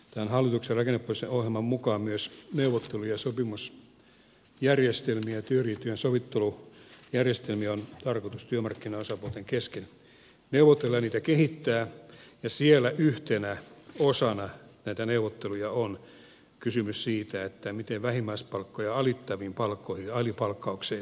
tämän hallituksen rakennepoliittisen ohjelman mukaan myös neuvottelu ja sopimusjärjestelmistä ja työriitojen sovittelujärjestelmistä on tarkoitus työmarkkinaosapuolten kesken neuvotella ja niitä kehittää ja siellä yhtenä osana näitä neuvotteluja on kysymys siitä miten vähimmäispalkkoja alittaviin palkkoihin ja alipalkkaukseen liittyviin pulmiin puututaan